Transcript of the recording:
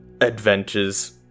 adventures